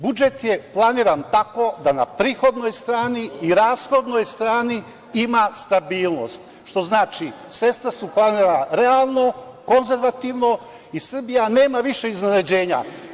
Budžet je planiran tako da na prihodnoj strani i rashodnoj strani ima stabilnost, što znači sredstva su planirana realno, konzervativno i Srbija nema više iznenađenja.